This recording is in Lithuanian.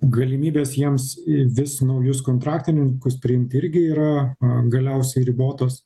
galimybės jiems vis naujus kontraktininkus priimt irgi yra galiausiai ribotos